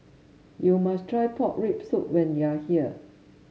you must try Pork Rib Soup when you are here